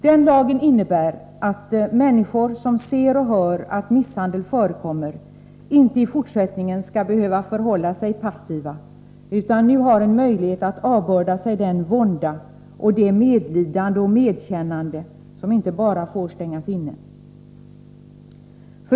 Den innebär att människor som ser och hör att misshandel förekommer inte i fortsättningen skall behöva förhålla sig passiva, utan de har nu en möjlighet att avbörda sig den vånda och det medlidande och medkännande som inte bara får stängas inne.